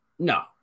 No